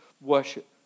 worship